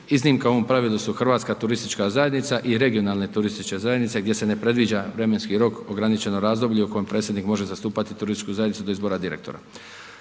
Iznimka ovom pravilu su HTZ i regionalne turističke zajednice, gdje se ne predviđa vremenski rok, ograničeno razdoblje u kojem predsjednik može zastupati turističku zajednicu do izbora direktora.